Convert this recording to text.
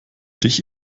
dich